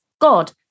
God